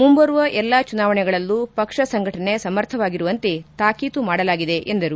ಮುಂಬರುವ ಎಲ್ಲಾ ಚುನಾವಣೆಗಳಲ್ಲೂ ಪಕ್ಷ ಸಂಘಟನೆ ಸಮರ್ಥವಾಗಿರುವಂತೆ ತಾಕೀತು ಮಾಡಲಾಗಿದೆ ಎಂದರು